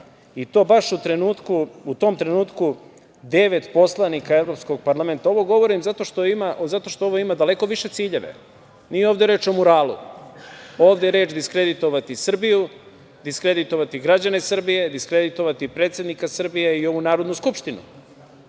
i to baš u tom trenutku devet poslanika Evropskog parlamenta… Ovo govorim zato što ovo ima daleko više ciljeve. Nije ovde reč o muralu. Ovde je reč diskreditovati Srbiju, diskreditovati građane Srbije, diskreditovati predsednika Srbije i ovu Narodnu skupštinu,